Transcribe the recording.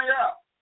up